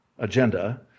agenda